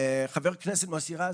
חה"כ מוסי רז,